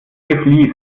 gefliest